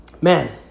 man